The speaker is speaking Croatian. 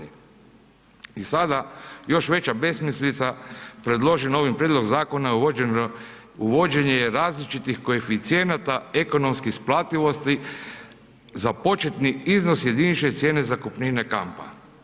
I sada još veća besmislica, predložena ovim prijedlogom zakona, uvođenje različitih koeficijenata ekonomske isplativosti za početni iznos jedinične cijene zakupnine kampa.